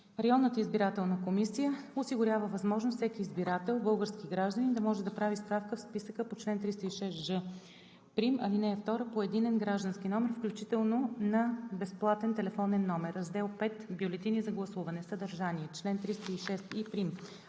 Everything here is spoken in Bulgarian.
Районната избирателна комисия осигурява възможност всеки избирател – български гражданин, да може да прави справка в списъка по чл. 306ж', ал. 2 по единен граждански номер, включително на безплатен телефонен номер. Раздел V. Бюлетини за гласуване Съдържание Чл. 306и'.